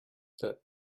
the